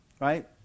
right